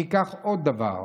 ניקח עוד דבר.